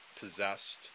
possessed